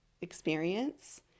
experience